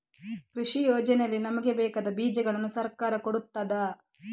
ಕೃಷಿ ಯೋಜನೆಯಲ್ಲಿ ನನಗೆ ಬೇಕಾದ ಬೀಜಗಳನ್ನು ಸರಕಾರ ಕೊಡುತ್ತದಾ?